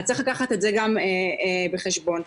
צריך לקחת גם את זה בחשבון.